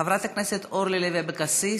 חברת הכנסת אורלי לוי אבקסיס,